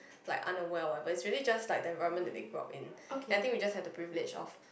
like unaware or whatever it's really just like the environment that they grow up in and I think we just have the privilege of